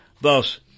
Thus